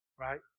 right